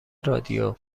رادیو